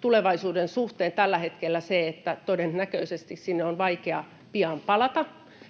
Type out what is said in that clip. tulevaisuuden suhteen tällä hetkellä se, että todennäköisesti sinne on vaikea pian palata,